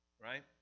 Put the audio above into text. right